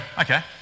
okay